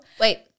Wait